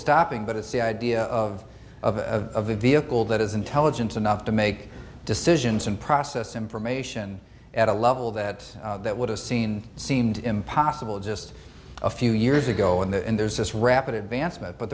stopping but it's the idea of of a vehicle that is intelligent enough to make decisions and process information at a level that that would have seen seemed impossible just a few years ago in the end there's this rapid advancement but